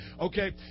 Okay